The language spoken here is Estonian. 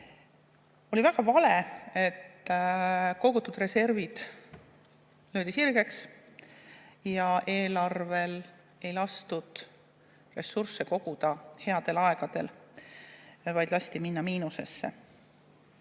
Oli väga vale, et kogutud reservid löödi sirgeks ja eelarvel ei lastud ressursse koguda headel aegadel, vaid lasti sel minna miinusesse.